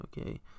okay